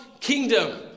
kingdom